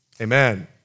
Amen